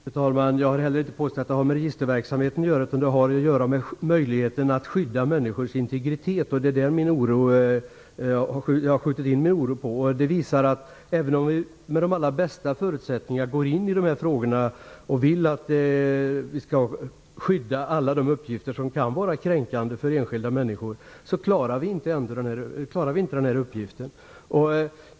Fru talman! Jag har heller inte påstått att det har med registerverksamheten att göra. Det har att göra med möjligheten att skydda människors integritet. Det är det jag har skjutit in min oro på. Även om vi med de allra bästa förutsättningar försöker skydda alla uppgifter som kan vara kränkande för enskilda människor klarar vi inte uppgiften.